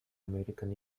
american